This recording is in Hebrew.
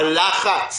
הלחץ